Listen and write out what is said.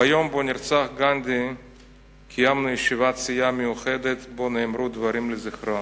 ביום שבו נרצח גנדי קיימנו ישיבת סיעה מיוחדת ונאמרו בה דברים לזכרו.